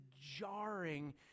jarring